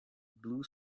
blue